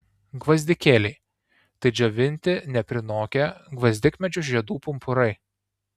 gvazdikėliai tai džiovinti neprinokę gvazdikmedžių žiedų pumpurai